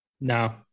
No